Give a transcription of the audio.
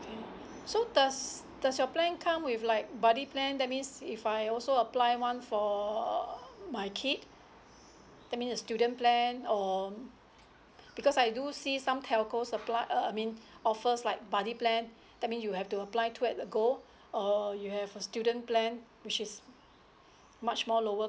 so does does your plan come with like buddy plan that means if I also apply one for uh my kid that mean the student plan or because I do see some telco apply uh I mean offers like buddy plan that mean you have to apply two at the go err you have a student plan which is much more lower